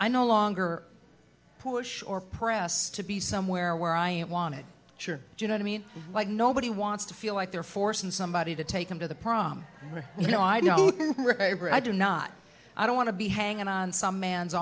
i no longer push or press to be somewhere where i ain't want it sure you know i mean like nobody wants to feel like they're forcing somebody to take them to the prom you know i know i do not i don't want to be hanging on some man's